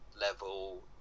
level